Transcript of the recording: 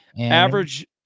Average